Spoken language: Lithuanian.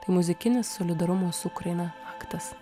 tai muzikinis solidarumo su ukraina aktas